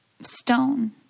Stone